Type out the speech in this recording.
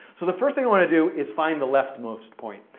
so the first thing i want to do is find the leftmost point.